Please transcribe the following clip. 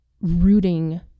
rooting